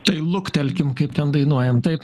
tai luktelkim kaip ten dainuojam taip